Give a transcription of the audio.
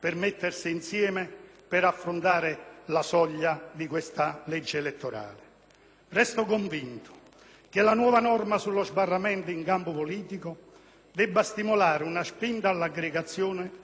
Resto convinto che la nuova norma sullo sbarramento in campo politico debba stimolare una spinta all'aggregazione piuttosto che alla divisione, in modo da favorire un sistema bipolare compiuto,